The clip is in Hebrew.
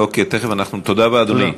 אוקיי, תכף אנחנו, תודה רבה, אדוני.